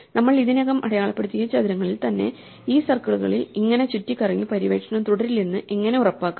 നമ്മൾ ഇതിനകം അടയാളപ്പെടുത്തിയ ചതുരങ്ങളിൽ തന്നെ ഈ സർക്കിളുകളിൽ ഇങ്ങനെ ചുറ്റിക്കറങ്ങി പര്യവേക്ഷണം തുടരില്ലെന്ന് എങ്ങനെ ഉറപ്പാക്കും